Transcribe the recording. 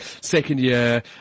second-year